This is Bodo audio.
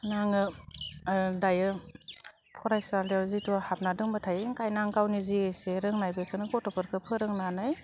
आङो दायो फरायसालियाव जिथु हाबना दंबाय थायो ओंखायनो आं गावनि जे एसे रोंनाय बेखौनो गथ'फोरखौ फोरोंनानै